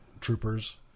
Troopers